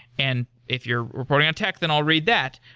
and if you're reporting on tech, then i'll read that.